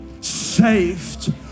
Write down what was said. saved